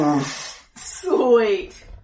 Sweet